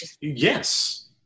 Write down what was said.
Yes